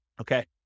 Okay